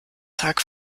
tag